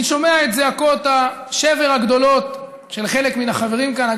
אני שומע את זעקות השבר הגדולות של חלק מן החברים כאן.